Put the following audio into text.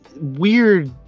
weird